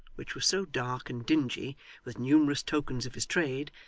which was so dark and dingy with numerous tokens of his trade,